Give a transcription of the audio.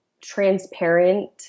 transparent